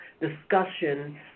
discussion